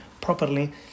properly